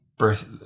birth